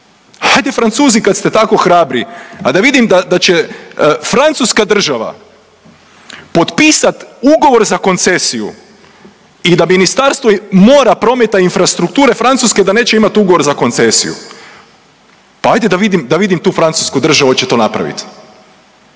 Hajde, Francuzi, kad ste tako hrabri, a da vidim da će francuska država potpisati ugovor za koncesiju i da Ministarstvo mora, prometa i infrastrukture da neće imati ugovor za koncesiju. Pa ajde, da vidim tu francusku državu oće to napravit.